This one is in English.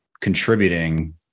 contributing